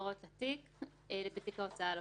הנצברות בתיק ההוצאה לפועל.